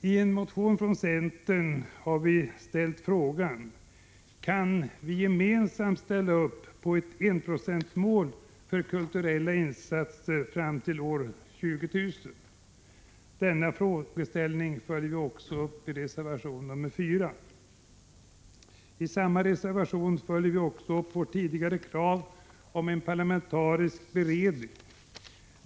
I en motion från centern har vi ställt frågan: Kan vi gemensamt ställa upp på ett enprocentsmål för kulturella insatser fram till år 2000? Denna frågeställning följs också upp i reservation nr 4. I samma reservation följer vi även upp vårt tidigare krav om en parlamentarisk beredning.